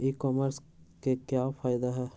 ई commerce के क्या फायदे हैं?